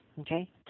Okay